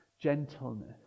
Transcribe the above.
gentleness